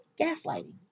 gaslighting